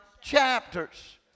chapters